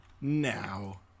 now